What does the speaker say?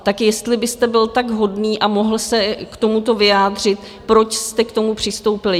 Tak jestli byste byl tak hodný a mohl se k tomuto vyjádřit, proč jste k tomu přistoupili?